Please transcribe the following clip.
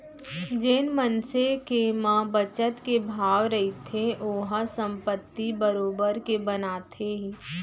जेन मनसे के म बचत के भाव रहिथे ओहा संपत्ति बरोबर के बनाथे ही